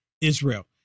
Israel